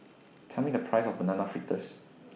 Tell Me The Price of Banana Fritters